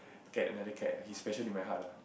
get another cat he's special to my heart lah